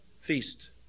feast